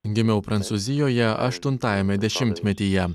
gimiau prancūzijoje aštuntajame dešimtmetyje